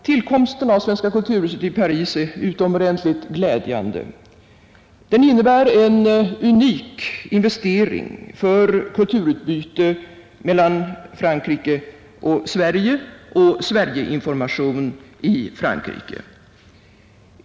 Tillkomsten av Svenska kulturhuset i Paris är utomordentligt glädjande. Den innebär en unik investering för kulturutbyte mellan Frankrike och Sverige och Sverigeinformation i Frankrike.